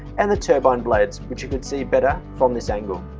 and the turbine blades which you could see better from this angle.